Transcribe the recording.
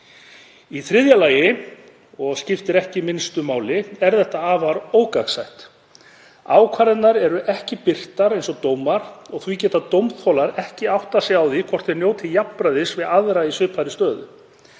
Í þriðja lagi og skiptir ekki minnstu máli er þetta afar ógagnsætt. Ákvarðanirnar eru ekki birtar, eins og dómar, og því geta dómþolar ekki áttað sig á hvort þeir njóti jafnræðis við aðra í svipaðri stöðu.